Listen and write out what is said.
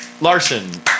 Larson